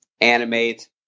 animate